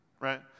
right